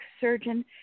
surgeon